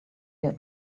ear